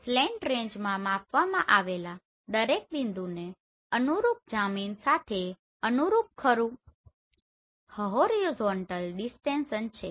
slant રેંજમાં માપવામાં આવેલા દરેક બિંદુને અનુરૂપ જમીન સાથે અનુરૂપ ખરું હહોરિઝોન્ટલ ડીસ્ટેનસ છે